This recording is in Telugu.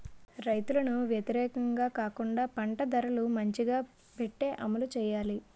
రైతులకు వ్యతిరేకంగా కాకుండా పంట ధరలు మంచిగా పెట్టి అమలు చేయాలి